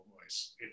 voice